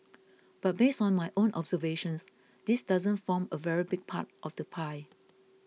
but based on my own observations this doesn't form a very big part of the pie